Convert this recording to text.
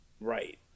right